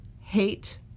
hate